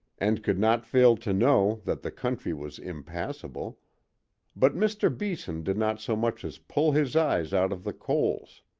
and could not fail to know that the country was impassable but mr. beeson did not so much as pull his eyes out of the coals.